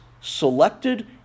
selected